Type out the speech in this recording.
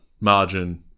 Margin